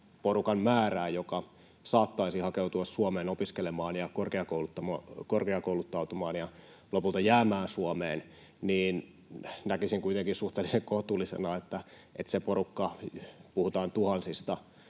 porukan määrää, joka saattaisi hakeutua Suomeen opiskelemaan ja korkeakouluttautumaan ja lopulta jäämään Suomeen, niin näkisin kuitenkin suhteellisen kohtuullisena, että se porukka — puhutaan tuhansista,